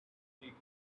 cooling